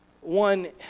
One